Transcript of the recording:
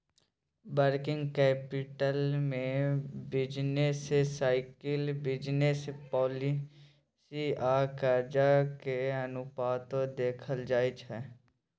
working capital में business cycle, business policy आ कर्जा के अनुपातो देखल जाइ छइ